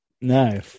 No